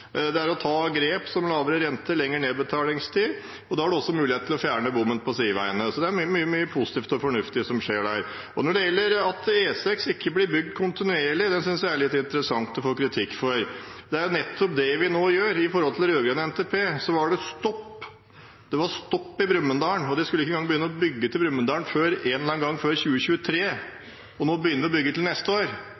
å fjerne bommen på sideveiene. Det er mye positivt og fornuftig som skjer. Når det gjelder at E6 ikke blir bygd kontinuerlig, synes jeg det er litt interessant å få kritikk for det. Det er nettopp det vi nå gjør. I rød-grønn NTP var det stopp, det var stopp i Brumunddal, man skulle ikke engang begynne å bygge til Brumunddal før en eller annen gang før 2023.